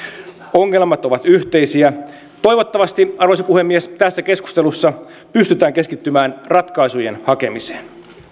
ongelmat ovat yhteisiä toivottavasti arvoisa puhemies tässä keskustelussa pystytään keskittymään ratkaisujen hakemiseen